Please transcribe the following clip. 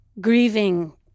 grieving